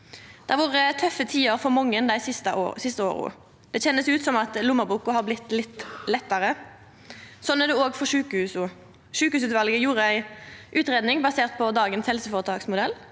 Det har vore tøffe tider for mange dei siste åra. Det kjennest ut som lommeboka har blitt litt lettare. Sånn er det òg for sjukehusa. Sjukehusutvalet gjorde ei utgreiing basert på dagens helseføretaksmodell.